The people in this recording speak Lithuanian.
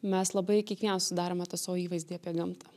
mes labai kiekvienas susidarome tą savo įvaizdį apie gamtą